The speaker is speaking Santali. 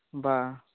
ᱵᱟᱝ